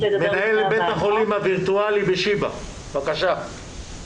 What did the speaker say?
מנהלת בית החולים הוירטואלי בשיבא בבקשה